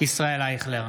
ישראל אייכלר,